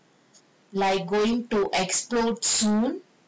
like going to explode soon